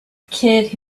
kid